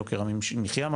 יוקר המחיה ממשיך.